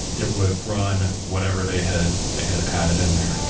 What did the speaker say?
it would run whatever they had they had added in there